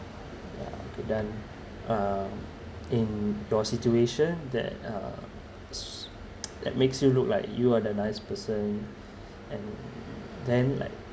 ya then uh in your situation that uh that makes you look like you are the nice person and then like